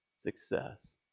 success